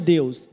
Deus